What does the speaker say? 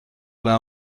vingt